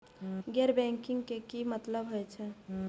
गैर बैंकिंग के की मतलब हे छे?